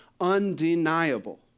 undeniable